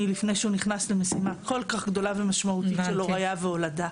לפני שהוא נכנס למשימה כל כך גדולה ומשמעותית של הוריה והולדה.